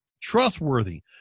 trustworthy